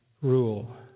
rule